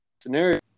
scenario